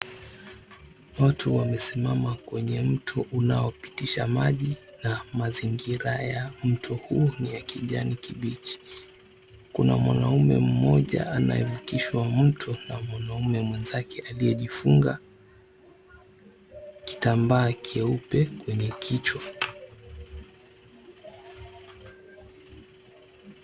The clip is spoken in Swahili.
Watu wamesimama kwenye mto unaopitisha maji na mazingira ya mto huo ni ya kijani kibichi. Kuna mwanaume mmoja anayevukishwa mto na mwanaume mwenzake aliyejifunga kitambaa cheupe kwenye kichwa.